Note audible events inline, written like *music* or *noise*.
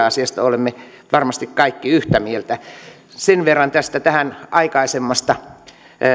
*unintelligible* asiasta olemme varmasti kaikki yhtä mieltä sen verran tästä aikaisemmasta